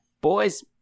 boys